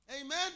Amen